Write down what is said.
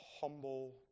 humble